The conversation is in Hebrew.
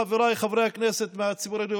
חבריי חברי הכנסת מהציבור היהודי,